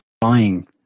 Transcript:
buying